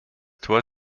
tor